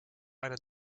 eine